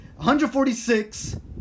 146